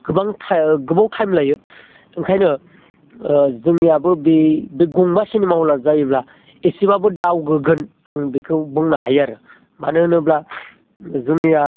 गोबां टाइम गोबाव टाइम लायो ओंखायनो ओ जोंनियाबो बे बे गंबा सिनेमा हला जायोब्ला एसेब्लाबो दावगागोन आं बेखौ बुंनो हायो आरो मानो होनोब्ला जोंनिया